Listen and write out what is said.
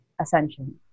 ascension